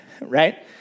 right